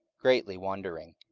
greatly wondering.